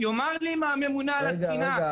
יאמר לי מה הממונה על התקינה,